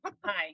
Hi